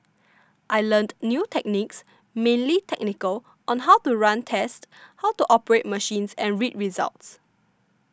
I learnt new techniques mainly technical on how to run tests how to operate machines and read results